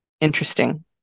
interesting